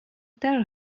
tell